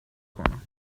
کنم